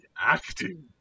acting